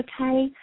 okay